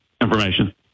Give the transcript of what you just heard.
information